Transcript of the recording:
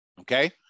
okay